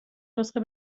نسخه